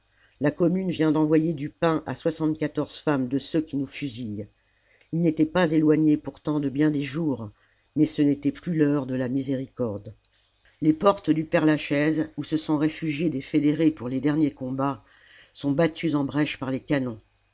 la commune vient d'envoyer du pain à femmes de ceux qui nous fusillent il n'était pas éloigné pourtant de bien des jours mais ce n'était plus l'heure de la miséricorde les portes du père-lachaise où se sont réfugiés des fédérés pour les derniers combats sont battues en brèche par les canons